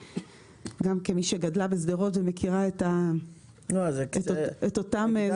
שגם כמי שגדלה בשדרות מכירה את אותם המרחבים האלה.